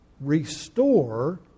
restore